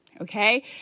okay